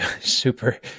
super